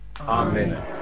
Amen